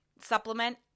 supplement